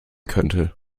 könnte